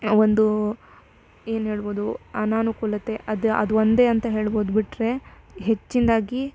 ಒಂದು ಏನು ಹೇಳ್ಬೋದು ಅನನುಕೂಲತೆ ಅದು ಅದು ಒಂದೇ ಅಂತ ಹೇಳ್ಬೋದು ಬಿಟ್ಟರೆ ಹೆಚ್ಚಿನದಾಗಿ